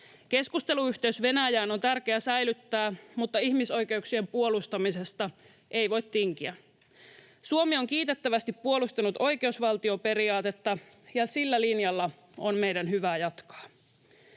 Keskusteluyhteys Venäjään on tärkeä säilyttää, mutta ihmisoikeuksien puolustamisesta ei voi tinkiä. Suomi on kiitettävästi puolustanut oikeusvaltioperiaatetta, ja sillä linjalla on meidän hyvä jatkaa.